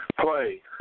play